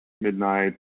midnight